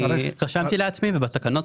אני רשמתי לעצמי ובתקנות,